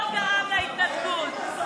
גרם להתנתקות.